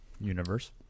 Universe